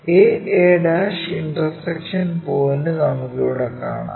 a a' intersection point നമുക്ക് ഇവിടെ കാണാം